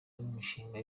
imishinga